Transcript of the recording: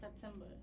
September